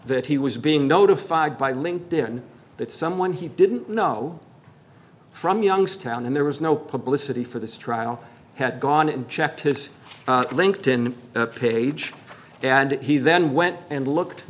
that he was being notified by linked in that someone he didn't know from youngstown there was no publicity for this trial had gone and checked his linked in the page and he then went and looked